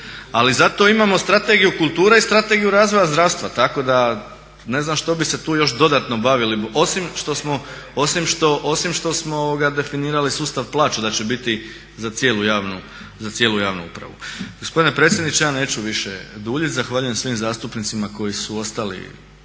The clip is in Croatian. Ali zato imamo Strategiju kulture i Strategiju razvoja zdravstva tako da ne znam što bi se tu još dodatno bavili osim što smo definirali sustav plaća da će biti za cijelu javnu upravu. Gospodine predsjedniče, ja neću više duljiti. Zahvaljujem svim zastupnicima koji su ostali